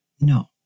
No